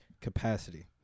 capacity